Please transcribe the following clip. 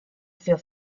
für